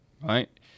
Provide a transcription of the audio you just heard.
right